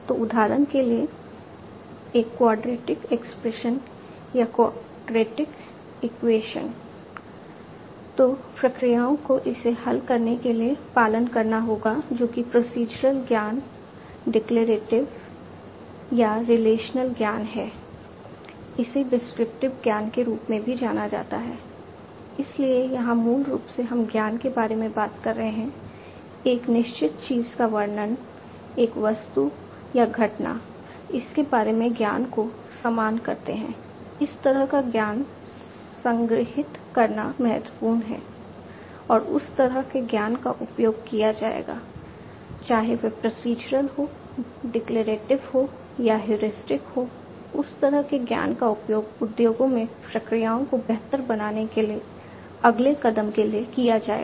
तो उदाहरण के लिए एक क्वाड्रेटिक हो उस तरह के ज्ञान का उपयोग उद्योगों में प्रक्रियाओं को बेहतर बनाने के लिए अगले कदम के लिए किया जाएगा